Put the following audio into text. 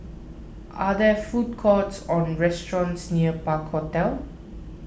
are there food courts or restaurants near Park Hotel